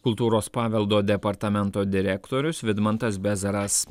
kultūros paveldo departamento direktorius vidmantas bezaras